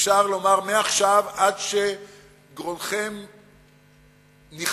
אפשר לומר מעכשיו עד שגרונכם ניחר: